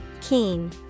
Keen